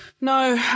No